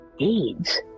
AIDS